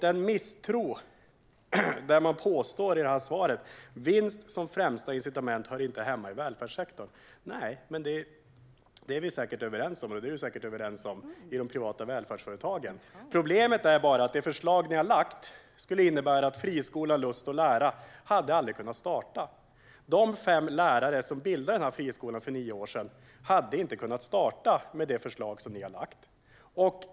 I svaret påstås det: Vinst som främsta incitament hör inte hemma i välfärdssektorn. Det är vi säkert överens om och säkert överens om med de privata välfärdsföretagen. Problemet är bara att det förslag som ni har lagt fram skulle innebära att friskolan Lust & Lära aldrig hade kunnat starta. De fem lärare som bildade den förskolan för nio år sedan hade inte kunnat starta verksamheten med det förslag som ni har lagt fram.